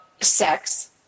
sex